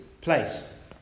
place